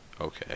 Okay